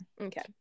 Okay